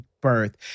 birth